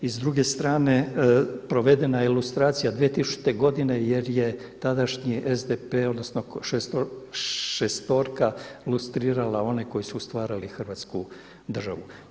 I s druge strane provedena je lustracija 2000. godine jer je tadašnji SDP odnosno šestorka lustrirala one koji su stvarali Hrvatsku državu.